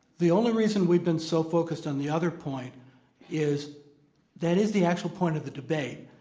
the only reason we've been so focused on the other point is that is the actual point of the debate.